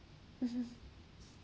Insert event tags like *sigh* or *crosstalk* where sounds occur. *laughs*